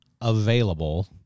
available